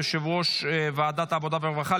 יושב-ראש ועדת העבודה והרווחה,